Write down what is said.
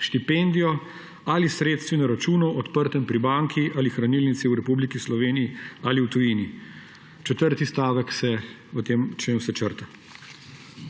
štipendijo ali s sredstvi na računu, odprtem pri banki ali hranilnici v Republiki Sloveniji ali v tujini. Četrti stavek se v tem členu črta.